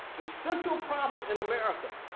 the central problem in america